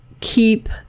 keep